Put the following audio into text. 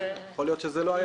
יכול להיות שזה לא היה,